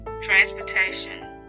transportation